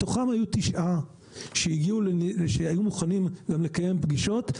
מתוכם היו תשעה שהיו מוכנים גם לקיים פגישות,